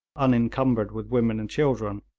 unencumbered with women and children,